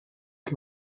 que